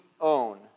own